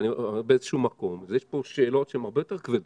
אבל באיזה שהוא מקום יש פה שאלות שהן הרבה יותר כבדות,